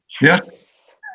Yes